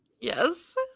Yes